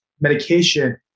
medication